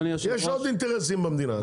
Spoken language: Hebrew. יש עוד אינטרסים במדינה.